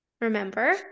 Remember